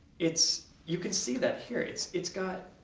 it's you can see that here. it's it's got